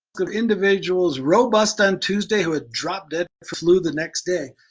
the individuals robust on tuesday who had dropped it the flu the next day.